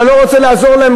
אתה לא רוצה לעזור להם?